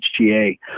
HGA